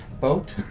Boat